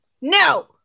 no